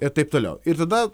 ir taip toliau ir tada